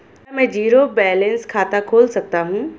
क्या मैं zero balance खाता खोल सकता हूँ?